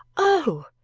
oh,